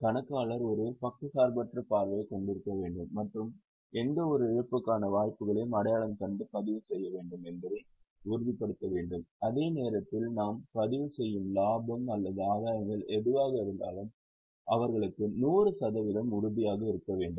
கணக்காளர் ஒரு பக்கச்சார்பற்ற பார்வையைக் கொண்டிருக்க வேண்டும் மற்றும் எந்தவொரு இழப்புக்கான வாய்ப்பையும் அடையாளம் கண்டு பதிவு செய்ய வேண்டும் என்பதை உறுதிப்படுத்த வேண்டும் அதே நேரத்தில் நாம் பதிவு செய்யும் லாபம் அல்லது ஆதாயங்கள் எதுவாக இருந்தாலும் அவர்களுக்கு நூறு சதவிகிதம் உறுதியாக இருக்க வேண்டும்